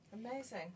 Amazing